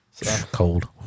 Cold